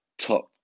top